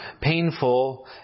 painful